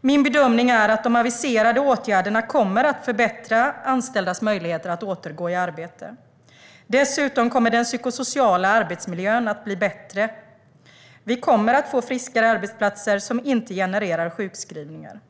Min bedömning är att de aviserade åtgärderna kommer att förbättra anställdas möjligheter att återgå i arbete. Dessutom kommer den psykosociala arbetsmiljön att bli bättre. Vi kommer att få friskare arbetsplatser, som inte genererar sjukskrivningar.